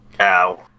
Ow